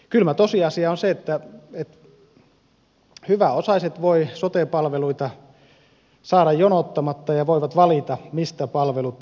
kylmä tosiasia on se että hyväosaiset voivat sote palveluita saada jonottamatta ja voivat valita mistä palvelut kulloinkin hakevat